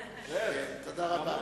תודה רבה.